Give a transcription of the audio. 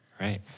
right